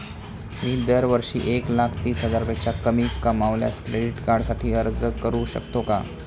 मी दरवर्षी एक लाख तीस हजारापेक्षा कमी कमावल्यास क्रेडिट कार्डसाठी अर्ज करू शकतो का?